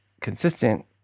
consistent